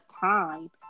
time